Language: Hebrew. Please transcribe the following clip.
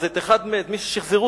מי ששחזר,